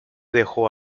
dejó